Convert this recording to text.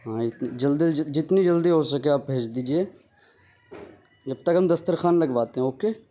ہاں اتنی جتنی جلدی ہو سکے آپ بھیج دیجیے جب تک ہم دسترخوان لگواتے ہیں اوکے